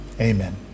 Amen